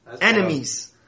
enemies